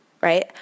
right